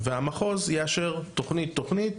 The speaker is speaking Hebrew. והמחוז יאשר תכנית תכנית,